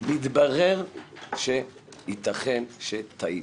והתברר שייתכן שטעיתי.